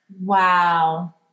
Wow